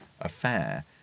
affair